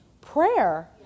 prayer